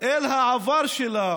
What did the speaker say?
אל העבר שלה